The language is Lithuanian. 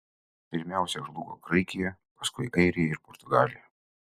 pirmiausia žlugo graikija paskui airija ir portugalija